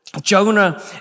Jonah